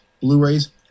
Blu-rays